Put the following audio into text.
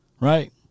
Right